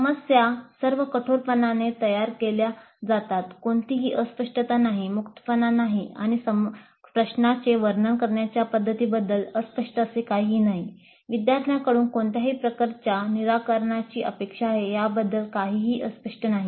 प्रश्न सर्व कठोरपणाने तयार केल्या जातात कोणतीही अस्पष्टता नाही मुक्तपणा नाही समस्येचे वर्णन करण्याच्या पद्धतीबद्दल अस्पष्ट असे काहीही नाही विद्यार्थ्यांकडून कोणत्या प्रकारच्या निराकरणाची अपेक्षा आहे याबद्दल काहीही अस्पष्ट नाही